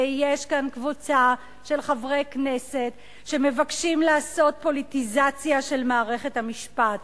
ויש כאן קבוצה של חברי כנסת שמבקשים לעשות פוליטיזציה של מערכת המשפט.